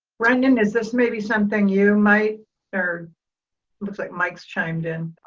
brendan, is this maybe something you might or, it looks like mike's chimed in.